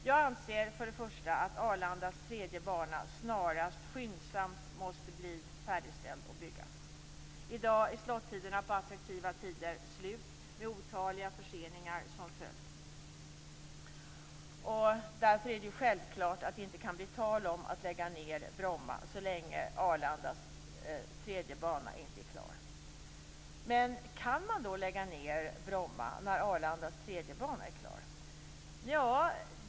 Jag anser för det första att Arlandas tredje bana snarast och skyndsamt måste byggas och bli färdigställd. I dag är slot-tiderna på attraktiva tider slut, med otaliga förseningar som följd. Därför är det självklart att det inte kan bli tal om att lägga ned Kan man då lägga ned Bromma när Arlandas tredje bana är klar?